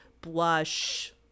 blush